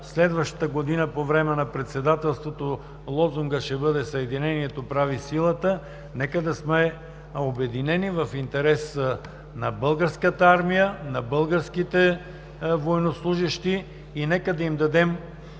следващата година, по време на председателството, лозунгът ще бъде: „Съединението прави силата“. Нека да сме обединени в интерес на Българската армия, на българските военнослужещи и да им дадем